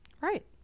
Right